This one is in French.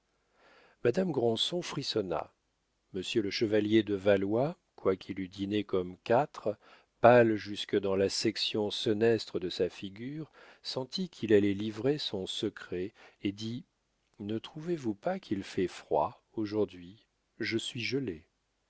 madame granson frissonna monsieur le chevalier de valois quoiqu'il eût dîné comme quatre pâle jusque dans la section senestre de sa figure sentit qu'il allait livrer son secret et dit ne trouvez-vous pas qu'il fait froid aujourd'hui je suis gelé